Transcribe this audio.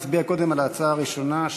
נצביע קודם על ההצעה הראשונה,